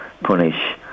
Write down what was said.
punish